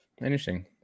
Interesting